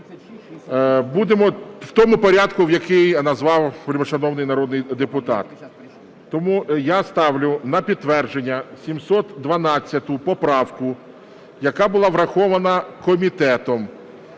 будемо в тому порядку, який назвав вельмишановний народний депутат. Тому я ставлю на підтвердження 712 поправку, яка була врахована комітетом.